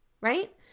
right